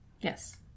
Yes